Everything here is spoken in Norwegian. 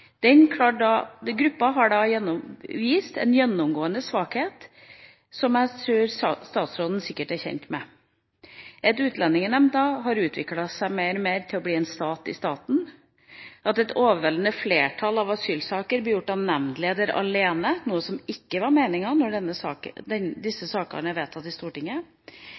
Gruppa har påvist en gjennomgående svakhet som jeg tror statsråden sikkert er kjent med, nemlig at Utlendingsnemnda mer og mer har utviklet seg til å bli en stat i staten ved at et overveldende flertall av asylsaker blir gjort av nemndleder alene – noe som ikke var meninga da disse sakene ble vedtatt i Stortinget